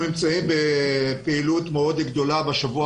אנחנו נמצאים בפעילות מאוד גדולה בשבוע